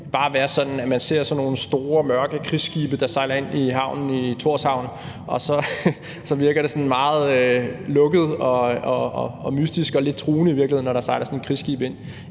nogle store, mørke krigsskibe, der sejler ind i havnen i Thorshavn. Det virker sådan meget lukket og mystisk og lidt truende i virkeligheden, når der sejler sådan nogle krigsskibe ind,